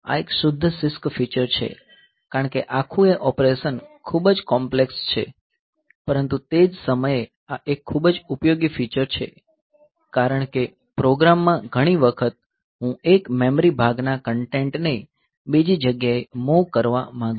આ એક શુદ્ધ CISC ફીચર છે કારણ કે આખુયે ઓપરેશન ખૂબ જ કોમ્પ્લેક્સ છે પરંતુ તે જ સમયે આ એક ખૂબ જ ઉપયોગી ફીચર છે કારણ કે પ્રોગ્રામમાં ઘણી વખત હું એક મેમરી ભાગના કન્ટેન્ટ ને બીજી જગ્યાએ મૂવ કરવા માંગુ છું